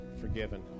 forgiven